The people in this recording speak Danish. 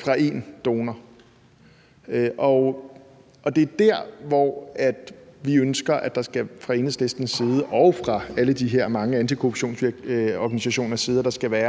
fra én donor. Og det er der, vi fra Enhedslistens og alle de her mange antikorruptionsorganisationers side mener,